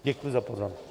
Děkuji za pozornost.